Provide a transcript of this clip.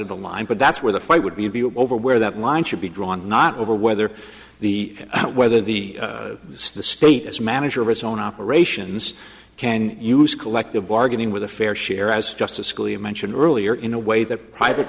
of the line but that's where the fight would be over where that line should be drawn not over whether the whether the state as manager of its own operations can use collective bargaining with a fair share as justice scalia mentioned earlier in a way that private